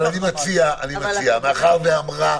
מאחר שאמרה